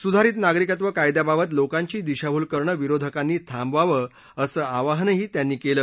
सुधारित नागरिकत्व कायद्याबाबत लोकांची दिशाभूल करणं विरोधकांनी थांबवाव असं आवाहनही त्यांनी केलं